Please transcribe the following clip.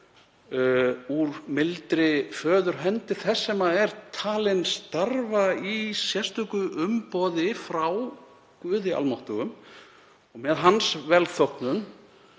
úr mildri föðurhendi þess sem er talinn starfa í sérstöku umboði frá guði almáttugum og með hans velþóknun